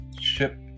ship